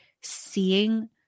seeing